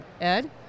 Ed